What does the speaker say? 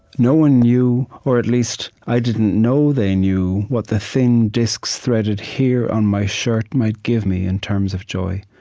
no one knew or at least i didn't know they knew what the thin disks threaded here on my shirt might give me in terms of joy